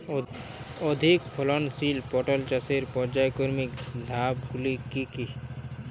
অধিক ফলনশীল পটল চাষের পর্যায়ক্রমিক ধাপগুলি কি কি?